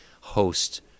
host